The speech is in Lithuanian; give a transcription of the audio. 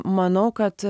manau kad